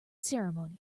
ceremony